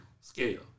scale